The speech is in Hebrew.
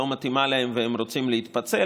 לא מתאימה להם והם רוצים להתפצל.